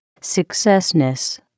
successness